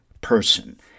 person